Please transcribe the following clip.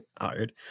hard